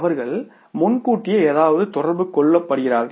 அவர்கள் முன்கூட்டியே ஏதாவது தொடர்பு கொள்ளப்படுகிறார்கள்